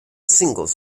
singles